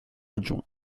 adjoint